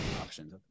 options